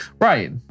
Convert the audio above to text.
Right